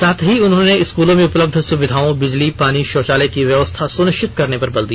साथ ही उन्होंने स्कूलों में उपलब्ध सुविधाओं बिजली पानी शौचालय की व्यवस्था सुनिश्चित करने पर बल दिया